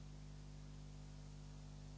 Hvala